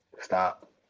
Stop